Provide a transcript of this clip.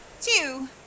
two